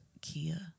Kia